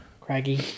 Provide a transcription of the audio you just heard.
Craggy